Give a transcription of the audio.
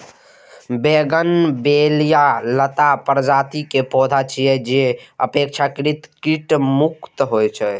bougainvillea लता प्रजाति के पौधा छियै, जे अपेक्षाकृत कीट मुक्त होइ छै